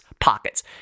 pockets